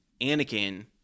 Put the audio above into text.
Anakin